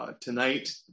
tonight